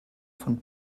von